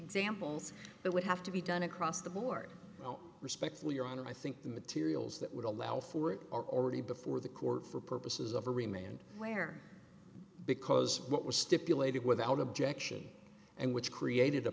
examples that would have to be done across the board respectfully your honor i think the materials that would allow for it are already before the court for purposes of a remained where because what was stipulated without objection and which created